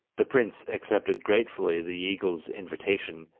the prince accepted gratefully the eagle's invitation,